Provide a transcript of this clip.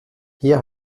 hier